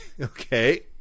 Okay